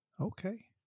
Okay